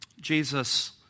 Jesus